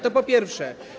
To po pierwsze.